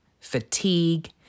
fatigue